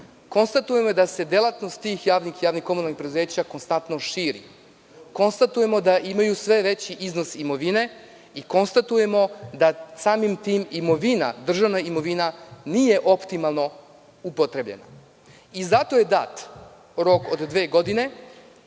Konstatujemo da se delatnost tih javnih komunalnih preduzeća konstantno širi. Konstatujemo da imaju sve veći iznos imovine i konstatujemo da samim tim državna imovina nije optimalno upotrebljena. Zato je dat rok od dve godine,